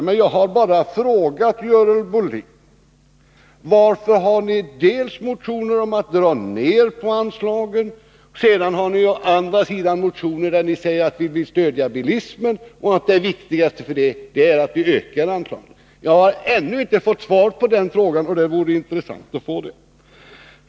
Men jag har bara frågat henne varför moderaterna å ena sidan har väckt motioner om att dra ner på anslagen och å den andra motioner där de säger att de vill stödja bilismen och att det viktigaste i det avseendet är att öka anslagen. Jag har ännu inte fått svar på den frågan. Det vore intressant att få det.